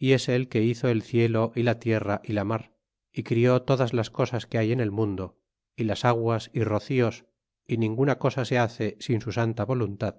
y es él que hizo el cielo y tierra y la mar y crió todas las cosas que hay en el mundo y las aguas y rocíos y ninguna cosa se hace sin su santa voluntad